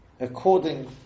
according